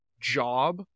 job